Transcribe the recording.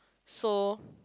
so